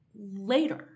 later